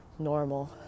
Normal